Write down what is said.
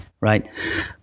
right